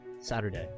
Saturday